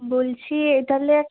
বলছি এ তাহলে